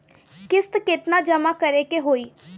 किस्त केतना जमा करे के होई?